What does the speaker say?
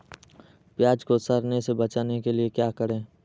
प्याज को सड़ने से बचाने के लिए क्या करें?